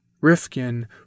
Rifkin